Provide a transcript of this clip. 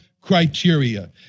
criteria